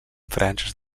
franges